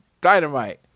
Dynamite